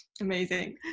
Amazing